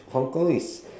Hong-Kong is